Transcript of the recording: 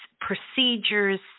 procedures